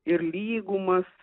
ir lygumas